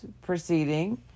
proceeding